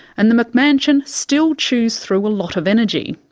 and the mcmansion still chews through a lot of energy.